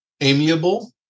amiable